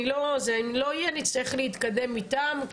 אם זה לא יהיה אז נצטרך להתקדם איתן,